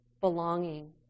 belonging